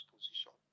Position